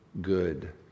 good